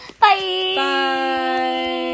Bye